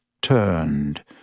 turned